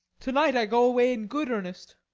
to-night i go away in good earnest.